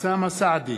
אוסאמה סעדי,